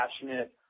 passionate